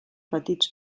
petits